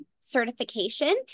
certification